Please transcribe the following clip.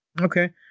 Okay